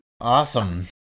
Awesome